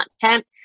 content